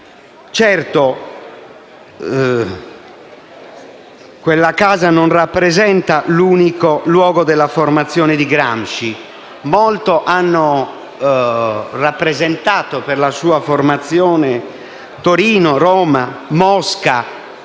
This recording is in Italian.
Certo, quella casa non rappresenta l'unico luogo della formazione di Gramsci; molto hanno rappresentato per la sua formazione Torino, Roma, Mosca